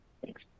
Thanks